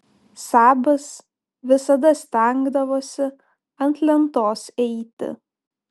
sabas visada stengdavosi ant lentos eiti